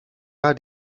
eyed